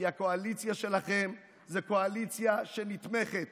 כי הקואליציה שלכם היא קואליציה שנתמכת